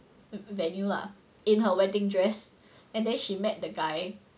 the venue lah in her wedding dress and then she met the guy